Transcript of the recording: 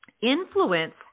influence